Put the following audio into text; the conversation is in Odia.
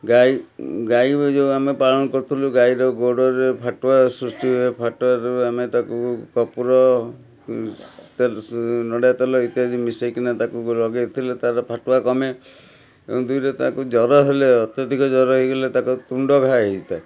ଗାଈ ଗାଈ ଓ ଏଇ ଯେଉଁ ଆମେ ପାଳନ କରୁଥୁଲୁ ଗାଈର ଗୋଡ଼ରେ ଫାଟୁଆ ସୃଷ୍ଟି ହୁଏ ଫାଟୁଆରୁ ଯୋଗୁଁ ଆମେ ତାକୁ କର୍ପୁର ତେ ନଡ଼ିଆ ତେଲ ଇତ୍ୟାଦି ମିଶେଇକିନା ତାକୁ ଲଗେଇଥିଲେ ତାର ଫାଟୁଆ କମେ ଦୁଇରେ ତାକୁ ଜ୍ୱର ହେଲେ ଅତ୍ୟଧିକ ଜ୍ୱର ହେଇଗଲେ ତାକୁ ତୁଣ୍ଡ ଘା ହେଇଥାଏ